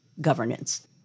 governance